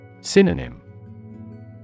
Synonym